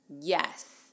yes